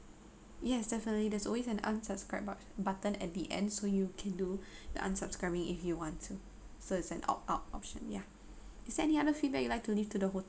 yes definitely there's always an unsubscribe but~ button at the end so you can do the unsubscribing if you want to so there's an opt out option ya is there any other feedback you like to leave to the hotel